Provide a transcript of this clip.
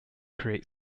create